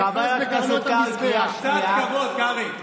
חבר הכנסת קרעי, קריאה שנייה.